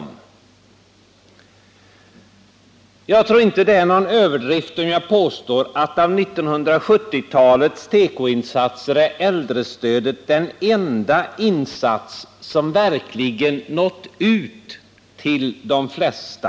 Jag tror inte att jag gör mig skyldig till någon överdrift om jag påstår att av 1970-talets tekoinsatser är äldrestödet den enda insats som verkligen nått ut till de flesta.